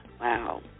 Wow